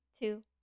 two